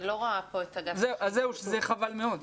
חבל מאוד.